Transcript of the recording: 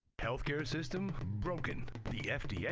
healthcare system, broken. the fda, yeah